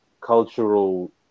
cultural